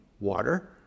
water